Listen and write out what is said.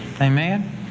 Amen